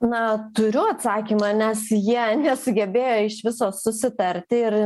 na turiu atsakymą nes jie nesugebėjo iš viso susitarti ir